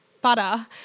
butter